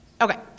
Okay